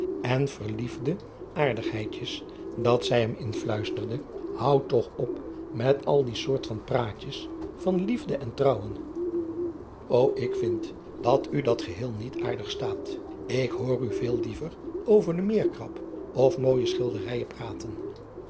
en verliefde aardigheidjes dat zij hem inluisterde oud toch op met al die soort van praatjes van liefde en trouwen o k vind dat u dat geheel niet aardig staat k hoor u veel liever over eekrap of mooije schilderijen praten